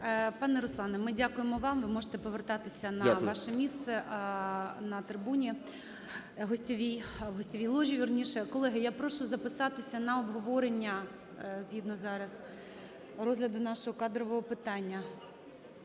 Пане Руслане, ми дякуємо вам. Ви можете повертатись на ваше місце на трибуні гостьовій, гостьовій ложі, вірніше. Колеги, я прошу записатися на обговорення згідно зараз розгляду нашого кадрового питання.